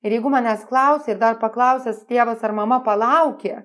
ir jeigu manęs klausė ir dar paklausęs tėvas ar mama palaukė